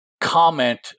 comment